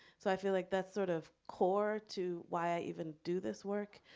so i feel like that's sort of core to why i even do this work,